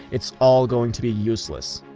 it's all going to be useless.